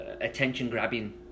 attention-grabbing